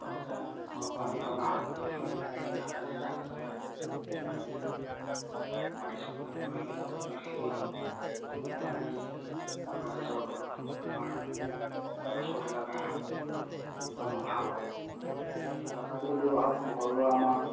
আগতে গৰম পানীত আমাৰ হাত ভৰি ধুই তেল টেঙা সানি নাকে চাকে সানি খুব মালিচ কৰি ভৰিকেইটা অলপ জুইত সেকি দিওঁ তেনেকুৱা আমি আগতে জ্বৰটো আমাৰ চৰ্দি লগা এনেকুৱা আমাৰ ভাল হয় আৰু লেটাগুটি ব্যৱহাৰ কৰোঁ ঘৰুৱা আমাৰ